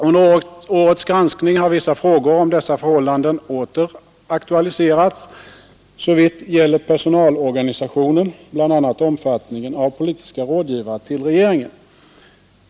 Under årets granskning har vissa frågor om dessa förhållanden åter aktualiserats, såvitt gäller personalorganisationen bl.a. om fattningen av politiska rådgivare till regeringen.